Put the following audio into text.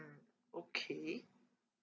mm okay